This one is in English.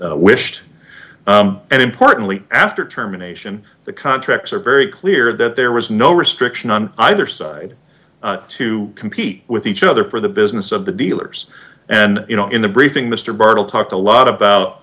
wished and importantly after terminations the contracts are very clear that there was no restriction on either side to compete with each other for the business of the dealers and you know in the briefing mister bartle talked a lot about